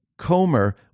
Comer